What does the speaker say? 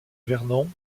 vernon